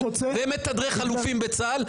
ומתדרך אלופים בצה"ל.